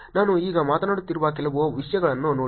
ನಾನು ಈಗ ಮಾತನಾಡುತ್ತಿರುವ ಕೆಲವು ವಿಷಯಗಳನ್ನು ನೋಡಿ